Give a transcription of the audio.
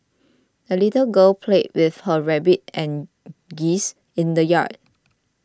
the little girl played with her rabbit and geese in the yard